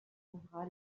trouvera